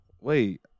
wait